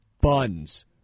buns